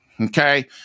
Okay